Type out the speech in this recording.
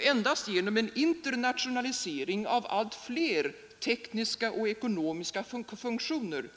Endast genom en internationalisering av allt fler tekniska och ekonomiska funktioner